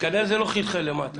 כנראה זה לא חלחל למטה.